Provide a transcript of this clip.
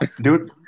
Dude